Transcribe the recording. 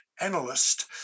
analyst